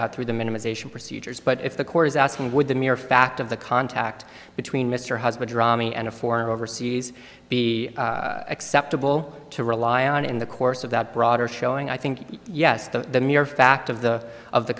out through the minimisation procedures but if the court is asking would the mere fact of the contact between mr husband and a foreign overseas be acceptable to rely on in the course of that broader showing i think yes the mere fact of the of the